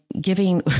giving